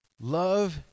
love